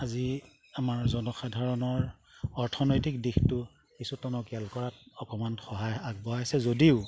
আজি আমাৰ জনসাধাৰণৰ অৰ্থনৈতিক দিশটো কিছু টনকীয়াল কৰাত অকণমান সহায় আগবঢ়াইছে যদিও